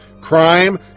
crime